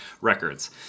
Records